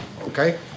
Okay